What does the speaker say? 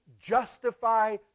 justify